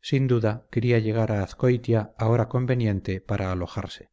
sin duda quería llegar a azcoitia a hora conveniente para alojarse